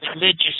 religious